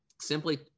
simply